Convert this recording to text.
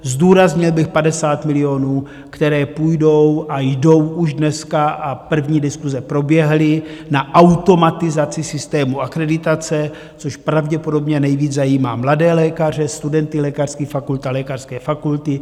Zdůraznil bych 50 milionů, které půjdou a jdou už dneska, a první diskuse proběhly, na automatizaci systému akreditace, což pravděpodobně nejvíc zajímá mladé lékaře, studenty lékařských fakult a lékařské fakulty.